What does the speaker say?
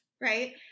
right